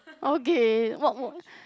okay